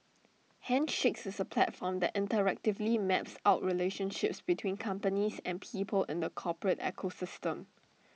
handshakes is A platform that interactively maps out relationships between companies and people in the corporate ecosystem